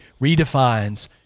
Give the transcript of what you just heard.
redefines